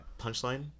punchline